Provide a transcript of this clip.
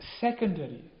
secondary